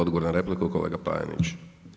Odgovor na repliku kolega Panenić.